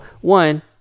One